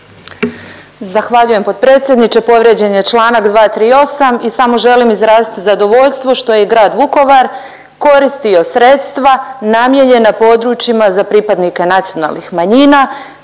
Zahvaljujem potpredsjedniče. Povrijeđen je Članak 238. i samo želim izraziti zadovoljstvo što je i grad Vukovar koristio sredstva namijenjena područjima za pripadnike nacionalnih manjina